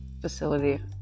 facility